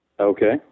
Okay